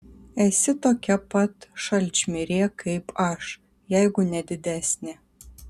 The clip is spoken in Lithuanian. esi tokia pat šalčmirė kaip aš jeigu ne didesnė